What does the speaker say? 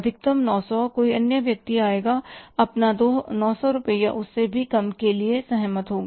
अधिकतम 900 कोई अन्य व्यक्ति आएगा अपना 900 रुपये या उससे भी कम के लिए सहमत होगा